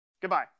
goodbye